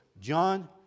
John